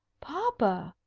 papa!